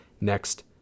next